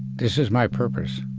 this is my purpose.